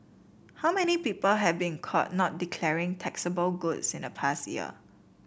how many people have been caught not declaring taxable goods in the past year